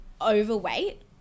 overweight